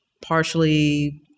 partially